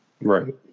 Right